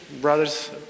brothers